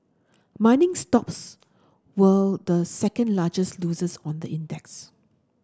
mining stocks were the second largest losers on the index